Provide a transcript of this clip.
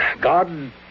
God